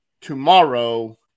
tomorrow